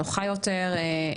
נוחה יותר,